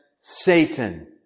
Satan